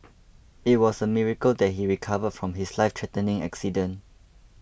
it was a miracle that he recovered from his lifethreatening accident